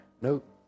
Nope